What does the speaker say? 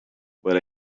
but